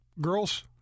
girls